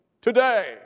today